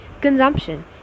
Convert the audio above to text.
Consumption